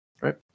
right